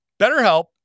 BetterHelp